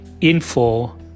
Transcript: info